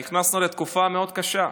נכנסנו לתקופה מאוד קשה,